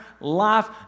life